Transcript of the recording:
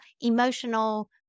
emotional